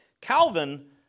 Calvin